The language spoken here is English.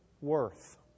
Worth